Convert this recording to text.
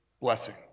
blessing